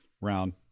round